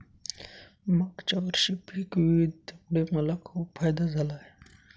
मागच्या वर्षी पिक विविधतेमुळे मला खूप फायदा झाला आहे